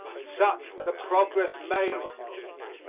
such the progress made.